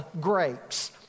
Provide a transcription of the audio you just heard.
Grapes